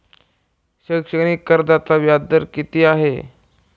शैक्षणिक कर्जाचा व्याजदर किती आहे?